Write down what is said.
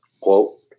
Quote